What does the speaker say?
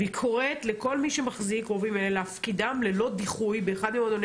והיא קוראת לכל מי שמחזיק רובים אלה להפקידם ללא דיחוי באחד ממועדוני